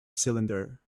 cylinder